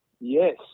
yes